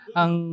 ang